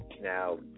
now